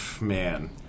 Man